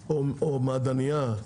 או מעדנייה,